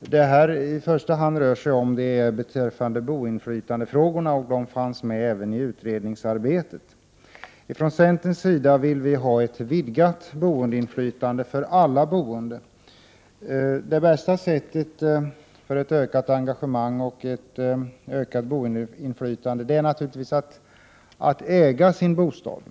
det här i första hand rör sig om gäller boendeinflytandefrågorna, och de fanns med även i utredningsarbetet. Från centerns sida vill vi ha ett vidgat boendeinflytande för alla boende. Det bästa sättet att få ett ökat engagemang och ett ökat boendeinflytande är naturligtvis att äga sin bostad.